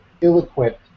ill-equipped